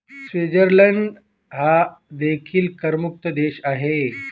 Switzerland हा देखील करमुक्त देश आहे